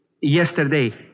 Yesterday